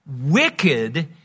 Wicked